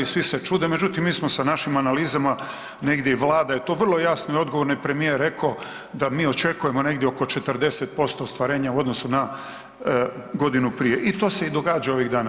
Svi se čude, međutim mi smo sa našim analizama negdje i Vlada je to vrlo jasno i odgovorno je premijer rekao da mi očekujemo negdje oko 40% ostvarenja u odnosu na godinu prije i to se i događa ovih dana.